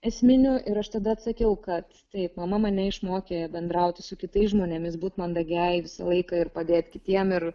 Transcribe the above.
esminių ir aš tada atsakiau kad taip mama mane išmokė bendrauti su kitais žmonėmis būti mandagiai visą laiką ir padėt kitiem ir